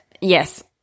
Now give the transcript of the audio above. Yes